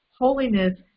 holiness